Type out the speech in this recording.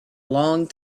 long